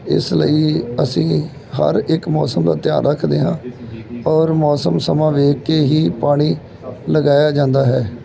ਇਸ ਲਈ ਅਸੀਂ ਹਰ ਇੱਕ ਮੌਸਮ ਦਾ ਧਿਆਨ ਰੱਖਦੇ ਹਾਂ ਔਰ ਮੌਸਮ ਸਮਾਂ ਵੇਖ ਕੇ ਹੀ ਪਾਣੀ ਲਗਾਇਆ ਜਾਂਦਾ ਹੈ